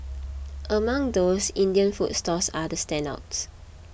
among those Indian food stalls are the standouts